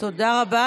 תודה רבה.